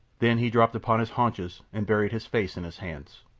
then he dropped upon his haunches and buried his face in his hands.